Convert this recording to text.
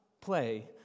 play